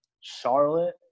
Charlotte